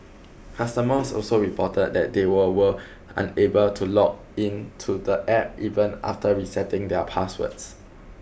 customers also reported that they were were unable to log in to the App even after resetting their passwords